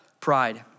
pride